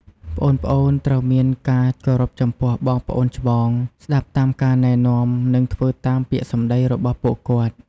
ប្អូនៗត្រូវមានការគោរពចំពោះបងប្អូនច្បង ស្ដាប់តាមការណែនាំ និងធ្វើតាមពាក្យសម្ដីរបស់ពួកគាត់។